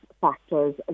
factors